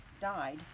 died